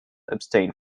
abstain